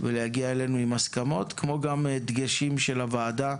ולהגיע אלינו עם הסכמות, כמו גם דגשים של הוועדה,